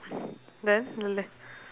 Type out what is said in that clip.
then சொல்லு:sollu